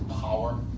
power